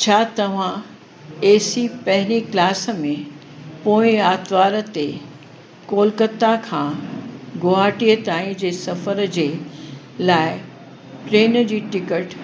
छा तव्हां एसी पहिरीं क्लास में पोएं आतिवार ते कोलकता खां गुवाहाटीअ ताईं जे सफ़र जे लाइ ट्रेन जी टिकट